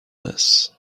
this